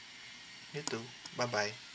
you too bye bye